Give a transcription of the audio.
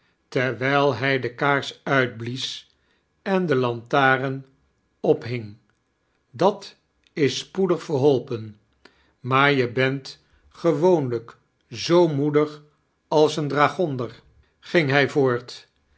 terwijl hij de kaars uitblies en de lantaarn ophing dat is spoedig verholpen maar je bent gewoonlijk zoo modig als een dragonder ging hi voort